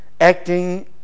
acting